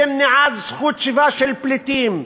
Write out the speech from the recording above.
במניעת זכות שיבה של פליטים,